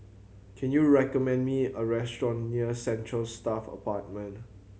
can you recommend me a restaurant near Central Staff Apartment